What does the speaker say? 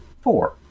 four